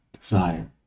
desire